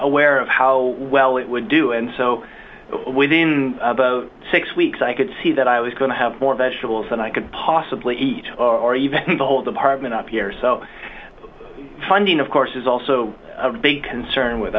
aware of how well it would do and so within six weeks i could see that i was going to have more vegetables than i could possibly eat or even the whole department up here so funding of course is also a big concern with